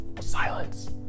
silence